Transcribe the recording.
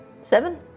Seven